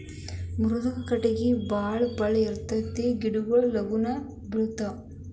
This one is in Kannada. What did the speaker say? ಮೃದು ಕಟಗಿ ಬಾಳ ಪಳ್ಳ ಇರತತಿ ಗಿಡಗೊಳು ಲಗುನ ಬೆಳಿತಾವ